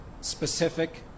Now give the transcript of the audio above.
specific